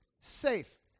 safe